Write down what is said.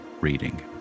reading